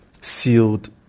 sealed